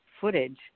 footage